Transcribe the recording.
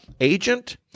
agent